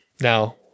Now